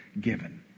given